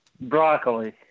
Broccoli